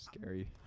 Scary